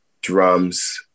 drums